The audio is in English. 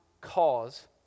cause